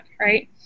right